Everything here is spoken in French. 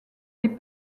des